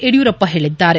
ಯಡಿಯೂರಪ್ಪ ಹೇಳಿದ್ದಾರೆ